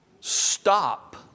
stop